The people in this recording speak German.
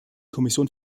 kommission